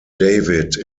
david